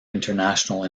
international